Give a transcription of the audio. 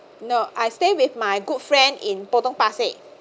no I stay with my good friend in potong-pasir